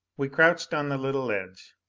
we crouched on the little ledge.